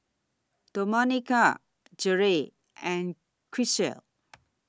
Domenica Jerel and Grisel